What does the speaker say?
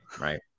right